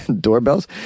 Doorbells